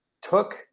took